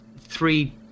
three